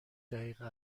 دقیقه